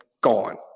gone